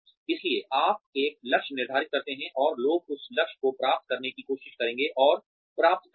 इसलिए आप एक लक्ष्य निर्धारित करते हैं और लोग उस लक्ष्य को प्राप्त करने की कोशिश करेंगे और प्राप्त करेंगे